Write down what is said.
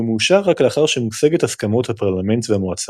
והוא מאושר רק לאחר שמושגת הסכמת הפרלמנט והמועצה.